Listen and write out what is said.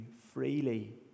freely